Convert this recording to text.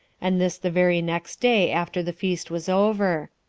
and this the very next day after the feast was over.